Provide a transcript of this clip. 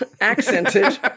accented